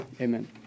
Amen